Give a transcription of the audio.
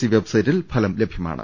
C വെബ്സൈറ്റിൽ ഫലം ലഭ്യമാണ്